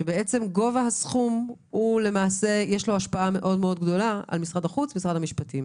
שלגובה הסכום יש לו השפעה מאוד-מאוד גדולה על משרד החוץ ומשרד המשפטים.